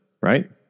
right